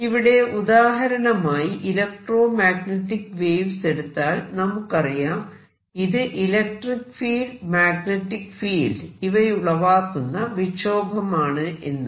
ഇവിടെ ഉദാഹരണമായി electromagnetic waves എടുത്താൽ നമുക്കറിയാം ഇത് ഇലക്ട്രിക്ക് ഫീൽഡ് മാഗ്നെറ്റിക് ഫീൽഡ് ഇവയുളവാകുന്ന വിക്ഷോഭമാണ് എന്ന്